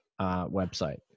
website